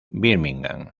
birmingham